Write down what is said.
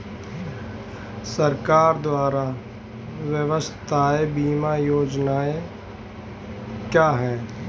सरकार द्वारा स्वास्थ्य बीमा योजनाएं क्या हैं?